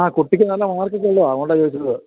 ആ കുട്ടിക്ക് നല്ല മാര്ക്കൊക്കെ ഉള്ളതാണ് അതുകൊണ്ടാണ് ചോദിച്ചത്